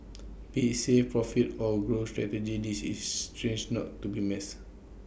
be IT save profit or growth strategies is stage not to be missed